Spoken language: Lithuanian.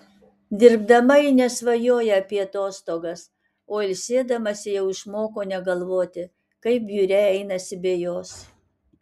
dirbdama ji nesvajoja apie atostogas o ilsėdamasi jau išmoko negalvoti kaip biure einasi be jos